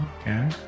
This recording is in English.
okay